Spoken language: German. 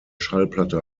schallplatte